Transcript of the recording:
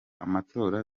amatora